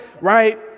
right